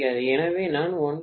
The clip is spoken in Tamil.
எனவே நான் 1